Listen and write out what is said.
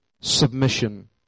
submission